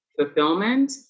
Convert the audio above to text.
fulfillment